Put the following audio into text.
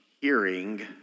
hearing